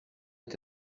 est